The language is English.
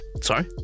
sorry